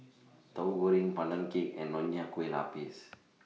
Tahu Goreng Pandan Cake and Nonya Kueh Lapis